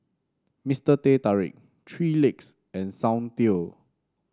Mister Teh Tarik Three Legs and Soundteoh